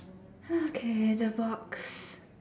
okay the box